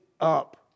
up